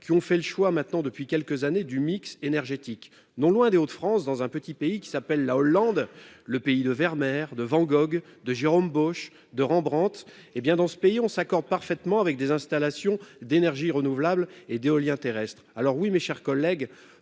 qui ont fait le choix maintenant depuis quelques années du mix énergétique non loin des Hauts-de-France dans un petit pays qui s'appelle la Hollande le pays de Vermeer de Van Gogh, de Jérôme Bosch de Rembrandt, tu es bien dans ce pays, on s'accorde parfaitement avec des installations d'énergies renouvelables et d'éolien terrestre, alors oui, mes chers collègues